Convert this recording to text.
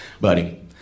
Buddy